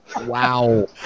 Wow